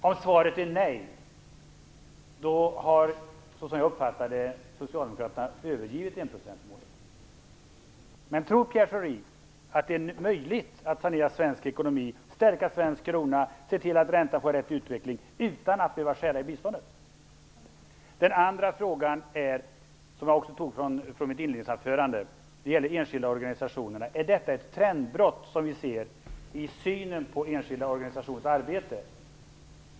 Om svaret är nej har, som jag uppfattar det, Socialdemokraterna övergivit enprocentsmålet. Tror Pierre Schori att det är möjligt att sanera svensk ekonomi, stärka den svenska kronan och se till att räntan får rätt utveckling utan att behöva skära i biståndet? Den andra frågan, som gäller de enskilda organisationerna, ställde jag redan i mitt inledningsanförande. Är det ett trendbrott vi nu ser i synen på enskilda organisationers arbete?